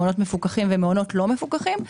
מעונות מפוקחים ומעונות לא מפוקחים.